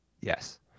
Yes